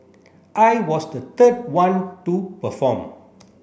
I was the third one to perform